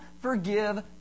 forgive